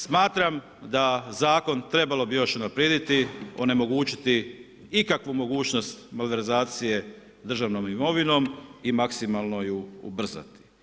Smatram da bi zakon trebalo još unaprijediti, onemogućiti ikakvu mogućnost malverzacije državnom imovinom i maksimalno ju ubrzati.